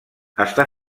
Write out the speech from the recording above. està